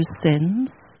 sins